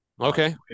Okay